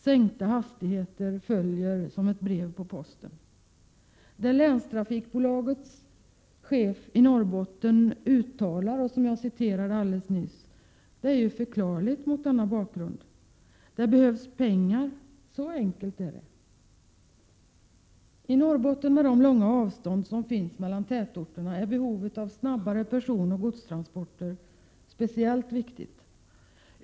Sänkta hastigheter följer som ett brev Prot. 1987/88:132 på posten. Det som länstrafikbolagets chef i Norrbotten uttalade är mot — 2 juni 1988 denna bakgrund förklarligt. Det behövs pengar — så enkelt är det. I Norrbotten, med de långa avstånd som finns mellan tätorerna, är behovet av snabbare personoch godstransporter speciellt viktigt.